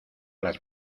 las